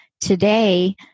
Today